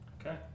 Okay